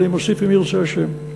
ואני מוסיף: אם ירצה השם.